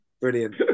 brilliant